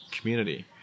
community